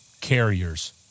carriers